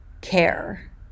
care